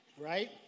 Right